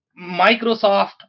Microsoft